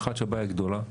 אחד, שהבעיה היא גדולה.